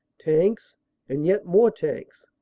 tanks and yet more tanks.